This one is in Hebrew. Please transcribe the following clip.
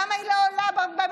למה היא לא עולה בממשלה?